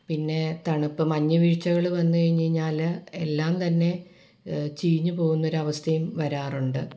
പിന്നെ തണുപ്പ് മഞ്ഞ് വീഴ്ചകള് വന്ന് കഴിഞ്ഞ് കഴിഞ്ഞാല് എല്ലാം തന്നെ ചീഞ്ഞ് പോകുന്നൊരവസ്ഥയും വരാറുണ്ട്